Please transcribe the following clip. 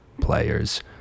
players